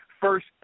first